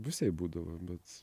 visaip būdavo bet